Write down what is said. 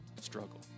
struggle